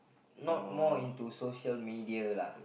not more into social media lah